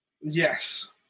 Yes